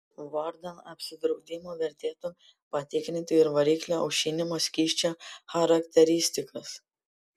vardan apsidraudimo vertėtų patikrinti ir variklio aušinimo skysčio charakteristikas